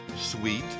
sweet